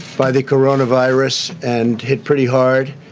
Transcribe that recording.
by the corona virus and hit pretty hard.